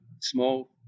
small